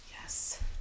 Yes